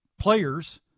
players